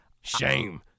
shame